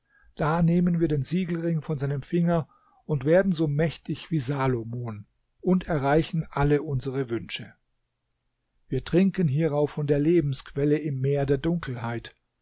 da nehmen wir den siegelring von seinem finger und werden so mächtig wie salomon und erreichen alle unsere wünsche wir trinken hierauf von der lebensquelle im meer der dunkelheit